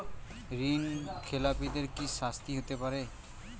ঋণ খেলাপিদের কি শাস্তি হতে পারে?